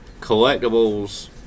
collectibles